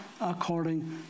according